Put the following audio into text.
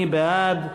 מי בעד?